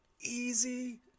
easy